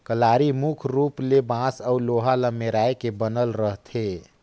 कलारी मुख रूप ले बांस अउ लोहा ल मेराए के बनल रहथे